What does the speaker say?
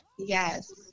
Yes